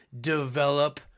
develop